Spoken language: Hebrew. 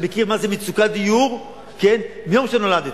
ואני מכיר מה זה מצוקת דיור מהיום שנולדתי,